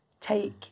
take